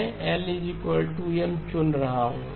मैं LM चुन रहा हूं